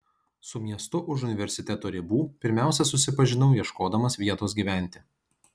su miestu už universiteto ribų pirmiausia susipažinau ieškodamas vietos gyventi